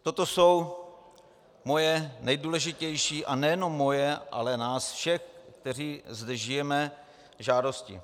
Toto jsou moje nejdůležitější, a nejenom moje, ale nás všech, kteří zde žijeme, žádosti.